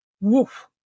woof